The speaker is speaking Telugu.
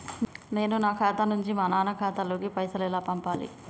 నేను నా ఖాతా నుంచి మా నాన్న ఖాతా లోకి పైసలు ఎలా పంపాలి?